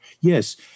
Yes